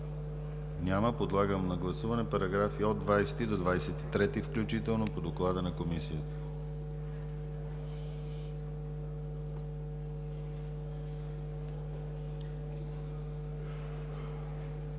Няма. Подлагам на гласуване параграфи от 20 до 23 включително по доклада на комисията.